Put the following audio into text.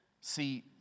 see